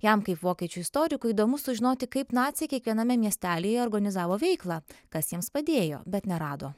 jam kaip vokiečių istorikui įdomu sužinoti kaip naciai kiekviename miestelyje organizavo veiklą kas jiems padėjo bet nerado